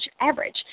average